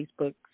Facebook